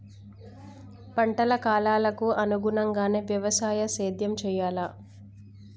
పంటల కాలాలకు అనుగుణంగానే వ్యవసాయ సేద్యం చెయ్యాలా?